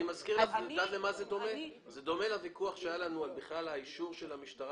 זה דומה לוויכוח שהיה לנו על האישור של המשטרה